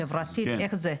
חברתית,